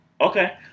Okay